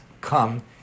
come